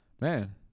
Man